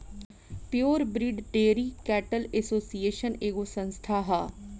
pure breed dairy cattle association एगो संस्था ह